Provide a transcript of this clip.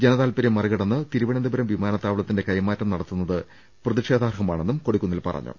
ജന താൽപര്യം മറികടന്ന് തിരുവനന്തപുരം വിമാനത്താവളത്തിന്റെ കൈമാറ്റം നടക്കുന്നത് പ്രതിഷേധാർഹമാ ണെന്നും കൊടിക്കുന്നിൽ പറഞ്ഞു